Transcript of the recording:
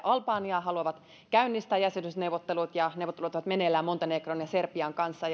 albania haluavat käynnistää jäsenyysneuvottelut ja neuvottelut ovat meneillään montenegron ja serbian kanssa